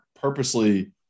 purposely –